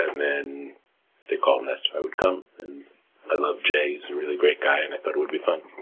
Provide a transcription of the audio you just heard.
and they called and asked if i would come, and i love jay, he's a really great guy, and i thought it would be fun.